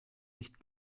nicht